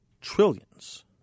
trillions